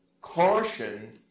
caution